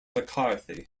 mccarthy